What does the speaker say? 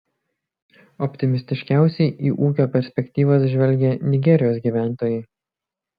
optimistiškiausiai į ūkio perspektyvas žvelgia nigerijos gyventojai